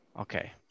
Okay